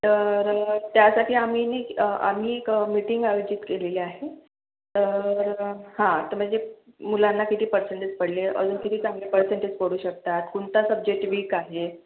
तर त्यासाठी आम्ही नि आम्ही एक मीटिंग आयोजित केलेली आहे तर हां तर म्हणजे मुलांना किती परसेंटेज पडले अजून किती चांगले पर्सेंटेज पडू शकतात कोणता सब्जेक्ट वीक आहे